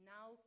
Now